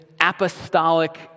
apostolic